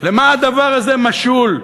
למה הדבר הזה משול?